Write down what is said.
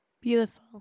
Beautiful